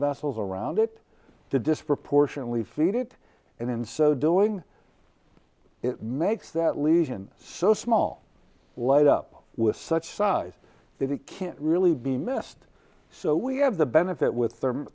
vessels around it to disproportionately feed it and in so doing it makes that lesion so small lead up with such size that it can't really be missed so we have the benefit with the